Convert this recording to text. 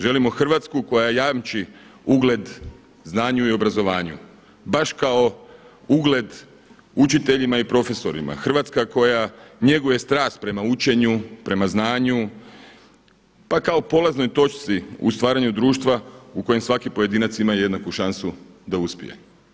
Želimo Hrvatsku koja jamči ugled znanju i obrazovanju baš kao ugled učiteljima i profesorima, Hrvatska koja njeguje strast prema učenju, prema znanju pa kao polaznoj točci u stvaranju društva u kojem svaki pojedinac ima jednaku šansu da uspije.